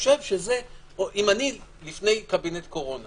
אם אני לפני קבינט קורונה